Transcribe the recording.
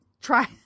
Try